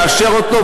לאשר אותו,